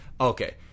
okay